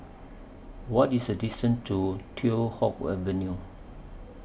What IS The distance to Teow Hock Avenue